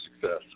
success